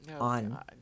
on